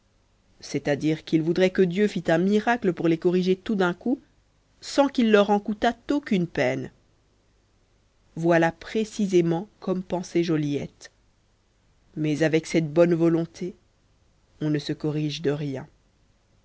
c'est-à-dire qu'ils voudraient que dieu fit un miracle pour les corriger tout d'un coup sans qu'il leur en coûtât aucune peine voilà précisément comme pensait joliette mais avec cette fausse bonne volonté on ne se corrige de rien